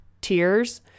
tears